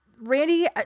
Randy